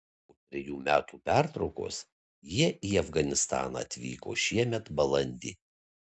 po trejų metų pertraukos jie į afganistaną atvyko šiemet balandį